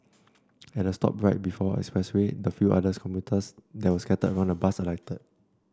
at the stop right before the expressway the few other commuters that were scattered around the bus alighted